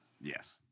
Yes